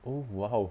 oh !wow!